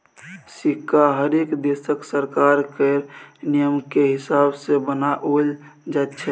सिक्का हरेक देशक सरकार केर नियमकेँ हिसाब सँ बनाओल जाइत छै